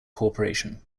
corporation